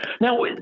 now